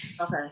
okay